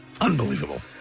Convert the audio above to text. Unbelievable